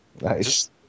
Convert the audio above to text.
Nice